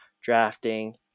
drafting